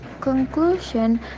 conclusion